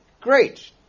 Great